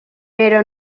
però